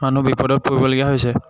মানুহ বিপদত পৰিবলগীয়া হৈছে